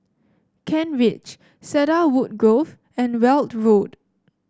Kent Ridge Cedarwood Grove and Weld Road